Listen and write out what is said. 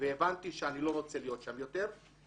והבנתי שאני לא רוצה להיות שם יותר אבל